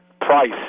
Price